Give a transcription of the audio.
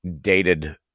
dated